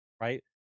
right